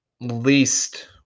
least